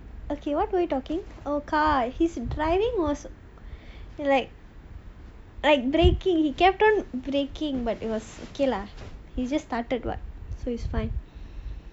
okay what were we talking oh car his driving was like breaking he kept on breaking but it was okay lah he just started [what] so it's fine